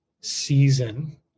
season